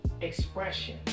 Expression